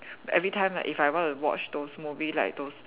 everytime like if I want to watch those movies like those